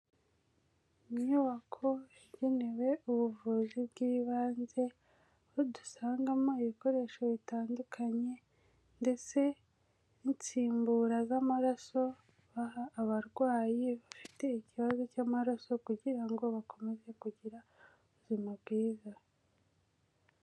Inyubako igenewe ubuvuzi bw'ibanze, aho dusangamo ibikoresho bitandukanye ndetse n'insimbura z'amaraso, baha abarwayi bafite ikibazo cy'amaraso kugira ngo bakomeze kugira ubuzima bwiza.